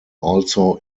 also